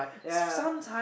ya